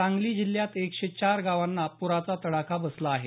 सांगली जिल्ह्यात एकशे चार गावांना प्राचा तडाखा बसला आहे